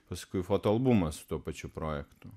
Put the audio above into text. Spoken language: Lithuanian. paskui fotoalbumą su tuo pačiu projektu